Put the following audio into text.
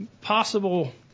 possible